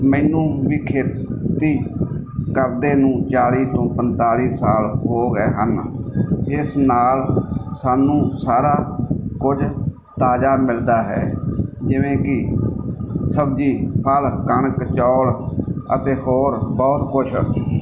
ਮੈਨੂੰ ਵੀ ਖੇਤੀ ਕਰਦੇ ਨੂੰ ਚਾਲ੍ਹੀ ਤੋਂ ਪੰਤਾਲੀ ਸਾਲ ਹੋ ਗਏ ਹਨ ਇਸ ਨਾਲ ਸਾਨੂੰ ਸਾਰਾ ਕੁਝ ਤਾਜਾ ਮਿਲਦਾ ਹੈ ਜਿਵੇਂ ਕਿ ਸਬਜ਼ੀ ਫਲ ਕਣਕ ਚੌਲ ਅਤੇ ਹੋਰ ਬਹੁਤ ਕੁਛ